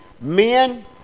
men